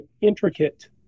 intricate